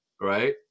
Right